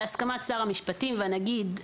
בהסכמת שר המשפטים והנגיד,